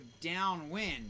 downwind